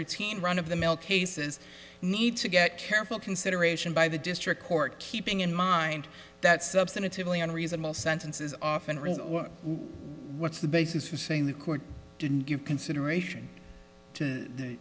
routine run of the mill cases need to get careful consideration by the district court keeping in mind that substantively on reasonable sentences often really what's the basis for saying the court didn't give consideration to the